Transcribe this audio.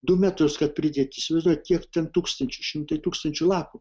du metrus kad pridėti įsivaizduojat kiek ten tūkstančių šimtai tūkstančių lapų